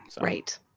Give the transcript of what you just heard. right